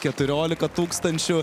keturiolika tūkstančių